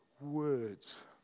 words